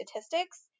statistics